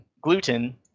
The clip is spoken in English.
gluten